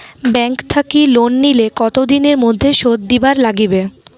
Bank থাকি loan নিলে কতো দিনের মধ্যে শোধ দিবার নাগিবে?